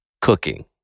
cooking